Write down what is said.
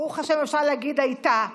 ברוך השם, אפשר להגיד "הייתה",